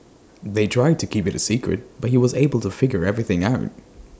they tried to keep IT A secret but he was able to figure everything out